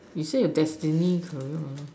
you say your destiny career what no